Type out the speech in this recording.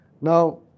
Now